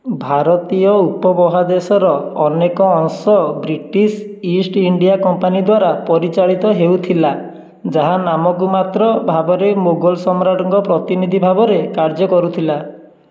ଭାରତୀୟ ଉପମହାଦେଶର ଅନେକ ଅଂଶ ବ୍ରିଟିଶ ଇଷ୍ଟ ଇଣ୍ଡିଆ କମ୍ପାନୀ ଦ୍ୱାରା ପରିଚାଳିତ ହେଉଥିଲା ଯାହା ନାମକୁ ମାତ୍ର ଭାବରେ ମୋଗଲ ସମ୍ରାଟଙ୍କ ପ୍ରତିନିଧି ଭାବରେ କାର୍ଯ୍ୟ କରୁଥିଲା